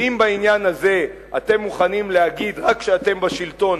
ואם בעניין הזה אתם מוכנים להגיד רק כשאתם בשלטון,